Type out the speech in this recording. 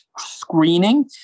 screening